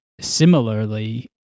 similarly